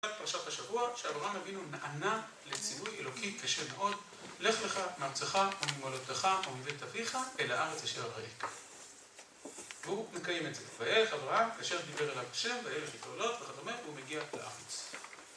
פרשת השבוע, שאברהם אבינו נענה לציווי האלוקי קשה מאוד: לך לך, מארצך וממולדתך ומבית אביך אל הארץ אשר אראך, והוא מקיים את זה. וילך אברהם, כאשר דיבר אליו השם, וילך איתו לוט וכדומה, הוא מגיע לארץ.